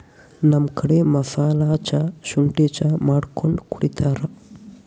ನಮ್ ಕಡಿ ಮಸಾಲಾ ಚಾ, ಶುಂಠಿ ಚಾ ಮಾಡ್ಕೊಂಡ್ ಕುಡಿತಾರ್